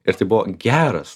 ir tai buvo geras